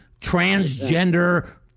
transgender